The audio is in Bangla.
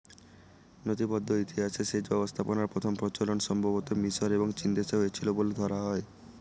নথিবদ্ধ ইতিহাসে সেচ ব্যবস্থাপনার প্রথম প্রচলন সম্ভবতঃ মিশর এবং চীনদেশে হয়েছিল বলে ধরা হয়